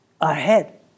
ahead